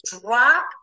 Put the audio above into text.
drop